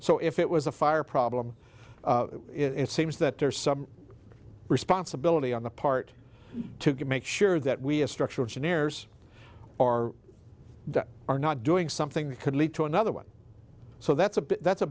so if it was a fire problem it seems that there's some responsibility on the part to make sure that we as structural engineers are are not doing something that could lead to another one so that's a big that's a